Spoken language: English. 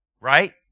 right